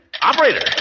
operator